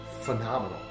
phenomenal